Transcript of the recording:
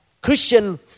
Christian